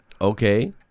Okay